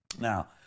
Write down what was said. Now